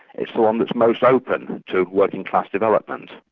it's the one that's most open to working class development.